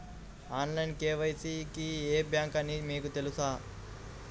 Online KYC కి ఏ bank అని మీకు తెలుసా?